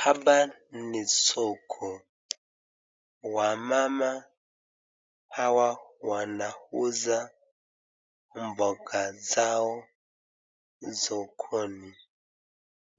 Hapa ni soko , wamama hawa wanauza mboga zao sokoni